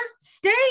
stay